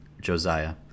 Josiah